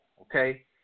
Okay